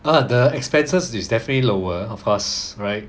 ah the expenses is definitely lower of course right